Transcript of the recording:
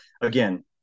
again